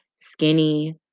skinny